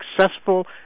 successful